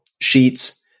sheets